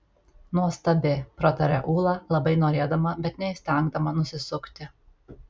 nuostabi prataria ūla labai norėdama bet neįstengdama nusisukti